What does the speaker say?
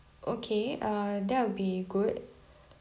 okay uh that will be good